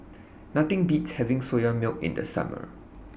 Nothing Beats having Soya Milk in The Summer